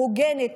הוגנת,